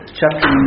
chapter